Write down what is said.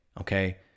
okay